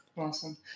Awesome